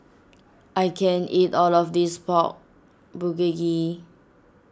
I can't eat all of this Pork Bulgogi